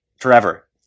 forever